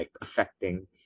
affecting